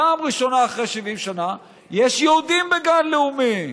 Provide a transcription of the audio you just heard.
פעם ראשונה אחרי 70 שנה יש יהודים בגן לאומי.